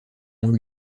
ont